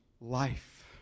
life